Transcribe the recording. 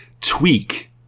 Tweak